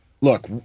look